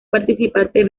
participantes